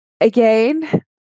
Again